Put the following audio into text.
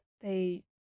they-